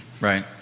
Right